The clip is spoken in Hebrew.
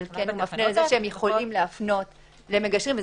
אבל מפנה לזה שהם יכולים להפנות למגשרים.